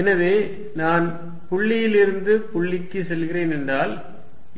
எனவே நான் புள்ளியிலிருந்து புள்ளிக்குச் செல்கிறேன் என்றால்